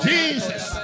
Jesus